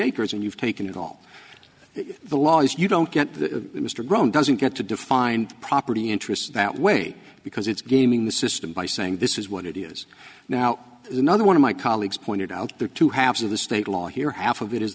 acres and you've taken it all the laws you don't get the mr grown doesn't get to define property interests that way because it's gaming the system by saying this is what it is now is another one of my colleagues pointed out there are two halves of the state law here half of it is